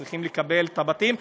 צריכים לקבל בתים,